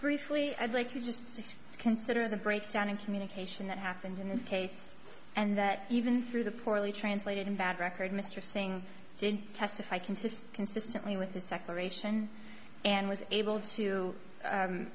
briefly i'd like you just to consider the breakdown in communication that happened in this case and even through the poorly translated and bad record mr singh didn't testify consist consistently with his declaration and was able to